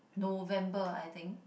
November I think